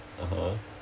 (uh huh)